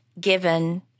given